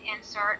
insert